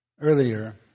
earlier